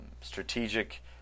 strategic